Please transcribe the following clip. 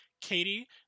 Katie